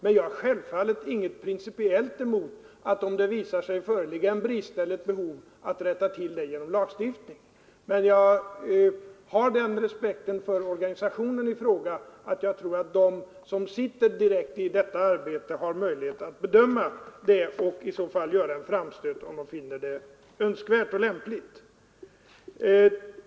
Men jag har självfallet inget principiellt emot att, om det visar sig föreligga en brist eller ett behov, rätta till det genom lagstiftning. Jag har emellertid den respekten för organisationerna i fråga att jag tror att de som direkt sköter detta arbete har möjlighet att bedöma saken och gör en framstöt, om de finner det önskvärt och lämpligt.